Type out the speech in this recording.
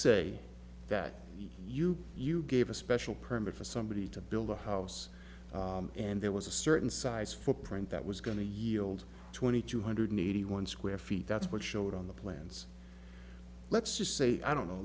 say that you you gave a special permit for somebody to build a house and it was a certain size footprint that was going to yield twenty two hundred eighty one square feet that's what showed on the plans let's just say i don't know